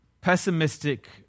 pessimistic